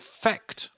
effect